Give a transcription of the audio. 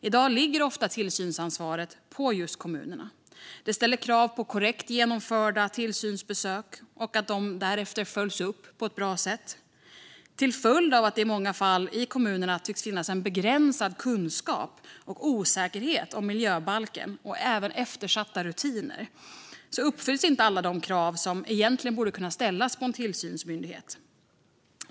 I dag ligger ofta tillsynsansvaret på just kommunerna. Det ställer krav på korrekt genomförda tillsynsbesök som därefter följs upp på ett bra sätt. Till följd av att det i många fall i kommunerna tycks finnas osäkerhet och begränsad kunskap om miljöbalken och även eftersatta rutiner uppfylls inte alla de krav som egentligen borde kunna ställas på en tillsynsmyndighet.